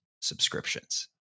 subscriptions